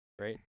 right